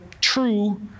true